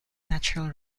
natural